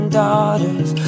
daughters